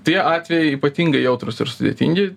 tie atvejai ypatingai jautrūs ir sudėtingi